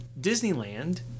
Disneyland